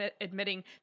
admitting